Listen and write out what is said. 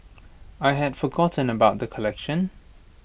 I had forgotten about the collection